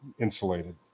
insulated